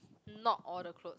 not all the clothes